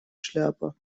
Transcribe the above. шляпа